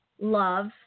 love